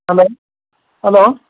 hello hello